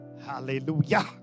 Hallelujah